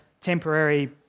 temporary